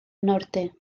norte